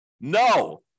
No